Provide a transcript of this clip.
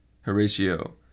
Horatio